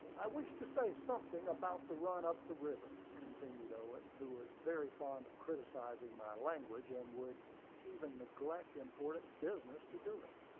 i wish to say something about the run up the river, continued owen, who was very fond of criticising my language, and would even neglect important business to do it.